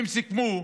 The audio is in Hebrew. שהם סיכמו,